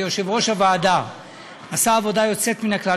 כיושב-ראש הוועדה הוא עשה עבודה יוצאת מן הכלל,